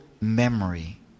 memory